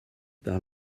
par